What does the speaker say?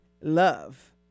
love